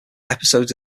episodes